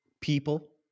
people